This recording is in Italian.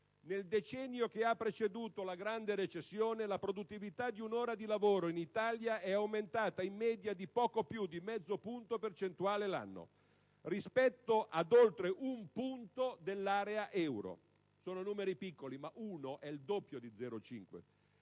nel decennio che ha preceduto la grande recessione, la produttività di un'ora di lavoro in Italia è aumentata in media di poco più di mezzo punto percentuale l'anno, rispetto ad oltre un punto dell'area euro: sono numeri piccoli, ma 1 è il doppio di 0,5.